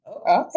okay